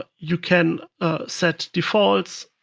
ah you can set defaults.